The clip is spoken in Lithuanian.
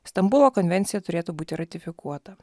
stambulo konvencija turėtų būti ratifikuota